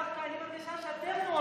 דווקא אני מרגישה שאתם ממורמרים,